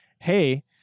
Hey